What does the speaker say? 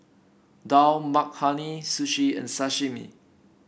Dal Makhani Sushi and Sashimi